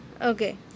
Okay